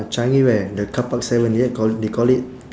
changi where the carpark seven is it call they call it